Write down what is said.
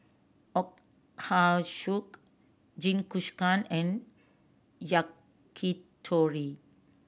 Ochazuke Jingisukan and Yakitori